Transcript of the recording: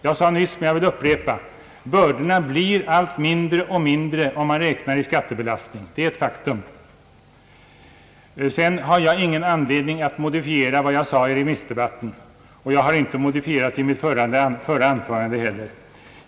Jag påpekade nyss men vill upprepa att bördorna blir allt mindre om man räknar i skattebelastning. Det är ett faktum. Jag har ingen anledning att modifiera vad jag sade i remissdebatten, och jag har inte heller modifierat det i mitt förra anförande.